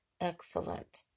excellent